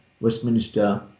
Westminster